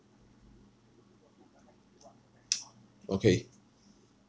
okay